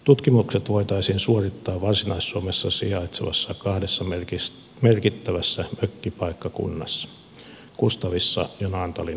tutkimukset voitaisiin suorittaa varsinais suomessa sijaitsevilla kahdella merkittävällä mökkipaikkakunnalla kustavissa ja naantalin rymättylässä